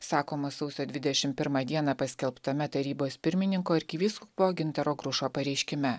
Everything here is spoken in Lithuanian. sakoma sausio dvidešim pirmą dieną paskelbtame tarybos pirmininko arkivyskupo gintaro grušo pareiškime